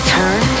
Turn